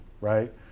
right